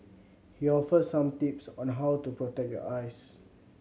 he offers some tips on how to protect your eyes